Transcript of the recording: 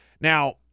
Now